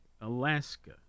Alaska